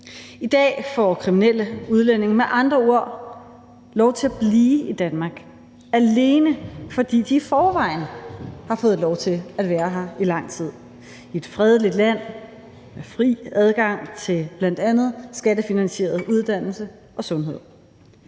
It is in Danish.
I dag får kriminelle udlændinge med andre ord lov til at blive i Danmark, alene fordi de i forvejen har fået lov til at være her i lang tid. Vi er et fredeligt land med fri adgang til bl.a. skattefinansieret uddannelse og sundhed.